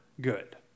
good